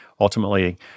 ultimately